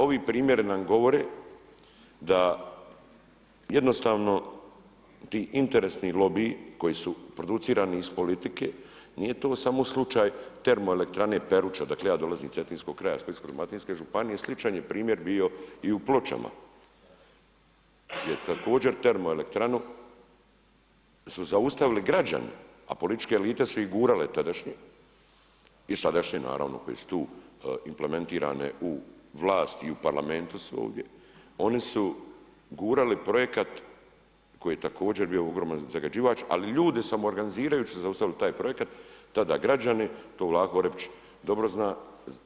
Ovi primjeri nam govore da jednostavno ti interesni lobiji koji su producirani iz politike, nije to samo slučaj termoelektrane Peruča, dakle ja dolazim iz Cetinskog kraja, Splitsko-dalmatinske županije i sličan je primjer bio i u Pločama gdje također termoelektranu su zaustavili građani, a političke elite su je gurale tadašnje, i sadašnje naravno, koje su tu implementirane u vlast i u Parlamentu si ovdje, oni su gurali projekat koji je također bio ogroman zagađivač, ali ljudi su samoogranizirajući se zaustavili taj projekat, tada građani to Vlaho Orepić dobro zna,